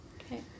Okay